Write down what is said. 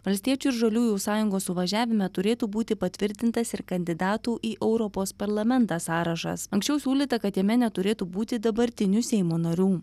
valstiečių ir žaliųjų sąjungos suvažiavime turėtų būti patvirtintas ir kandidatų į europos parlamentą sąrašas anksčiau siūlyta kad jame neturėtų būti dabartinių seimo narių